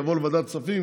יבוא לוועדת הכספים,